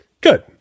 Good